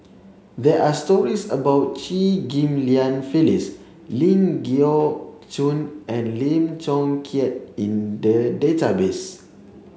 there are stories about Chew Ghim Lian Phyllis Ling Geok Choon and Lim Chong Keat in the database